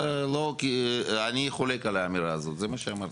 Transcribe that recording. כמו שהצגת.